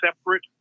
separate